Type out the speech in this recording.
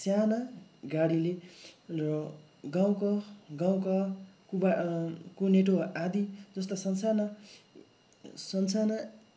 साना गाडीले र गाउँका गाउँका कुवा कुइनेटो आदि जस्ता सान्साना सान्साना